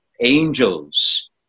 angels